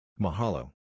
Mahalo